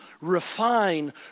refine